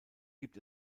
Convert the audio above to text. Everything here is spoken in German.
gibt